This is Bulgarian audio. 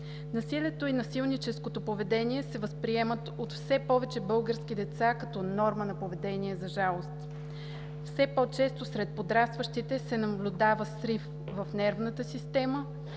Насилието и насилническото поведение се възприемат от все повече български деца като норма на поведение, за жалост. Все по-често сред подрастващите се наблюдава срив в нервната система,